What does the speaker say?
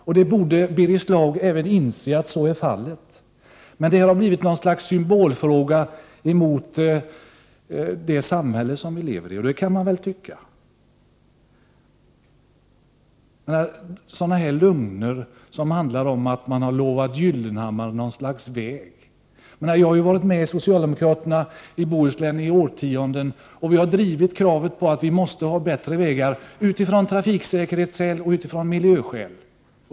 Att så är fallet borde även Birger Schlaug inse. Men detta har blivit något slags symbol mot det samhälle vileveri. Den åsikten får man ha. Det är en annan sak att sprida lögner om att Pehr Gyllenhammar har lovats något slags väg. Jag har tillhört socialdemokraterna i Bohuslän i årtionden. Vi har drivit kraven på bättre vägar utifrån trafiksäkerhetsskäl och miljöskäl.